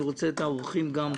גם את האורחים.